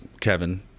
Kevin